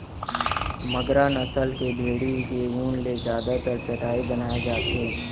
मगरा नसल के भेड़ी के ऊन ले जादातर चटाई बनाए जाथे